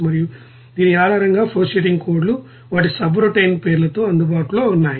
మరియు దీని ఆధారంగా ఫ్లోషీటింగ్ కోడ్లు వాటి సబ్రౌటిన్ పేర్లతో అందుబాటులో ఉన్నాయి